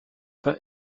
pas